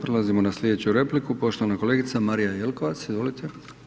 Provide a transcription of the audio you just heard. Prelazimo na slijedeću repliku, poštovana kolegica Marija Jelkovac, izvolite.